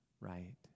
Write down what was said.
right